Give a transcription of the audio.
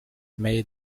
may